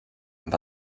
was